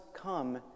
come